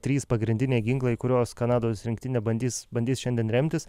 trys pagrindiniai ginklai kuriuos kanados rinktinė bandys bandys šiandien remtis